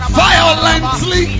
violently